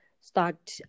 start